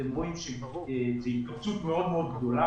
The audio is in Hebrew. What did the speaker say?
אתם רואים שזאת התכווצות מאוד מאוד גדולה,